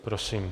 Prosím.